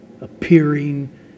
appearing